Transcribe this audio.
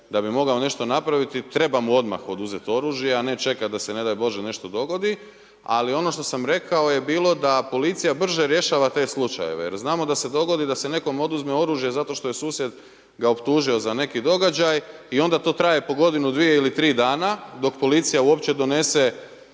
da bi mogao nešto napraviti, treba mu odmah oduzeti oružje a ne čekati da se ne daj Bože nešto dogodi. Ali ono što sam rekao je bilo da policija brže rješava te slučajeve, jer znamo da se dogodi da se nekom oduzme oružje zato što je susjed ga optužio za neki događaj i onda to traje po godinu, dvije ili tri dana dok policija uopće donese